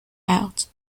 out